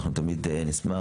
אנחנו תמיד נשמח,